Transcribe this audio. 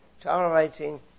tolerating